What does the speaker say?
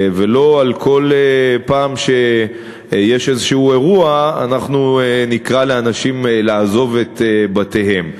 ולא בכל פעם שיש איזה אירוע נקרא לאנשים לעזוב את בתיהם.